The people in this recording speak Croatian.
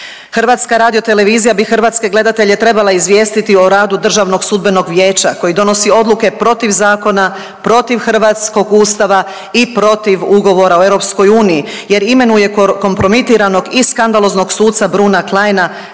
često i skuplje. HRT bi hrvatske gledatelje trebala izvijestiti o radu Državnog sudbenog vijeća koji donosi odluke protiv zakona, protiv hrvatskog Ustava i protiv Ugovora o EU jer imenuje kompromitiranog i skandaloznog suca Bruna Kleina